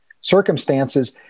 circumstances